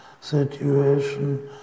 situation